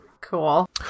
Cool